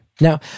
Now